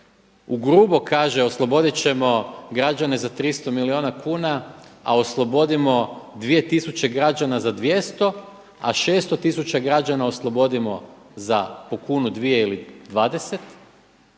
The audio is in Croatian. ugrubo kaže osloboditi ćemo građane za 300 milijuna kuna a oslobodimo 2 tisuće građana za 200 a 600 tisuća građana oslobodimo za po kunu, dvije ili 20